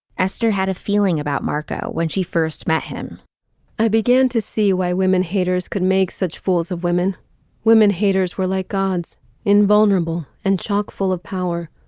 esther had a feeling about marco when she first met him i began to see why women haters could make such fools of women women haters were like gods invulnerable and chock full of power.